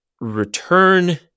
return